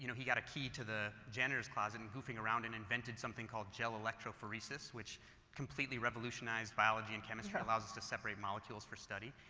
you know he got a key to the janitor's closet and goofing around and invented something called, gel electrophoresis which completely revolutionized biology and chemistry, it allows us to separate molecules for study.